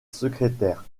secrétaire